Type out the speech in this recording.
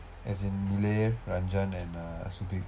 as in ilayan ranjan and uh subhir